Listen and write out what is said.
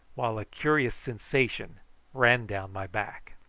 while a curious sensation ran down my back.